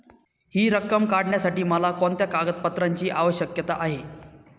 हि रक्कम काढण्यासाठी मला कोणत्या कागदपत्रांची आवश्यकता आहे?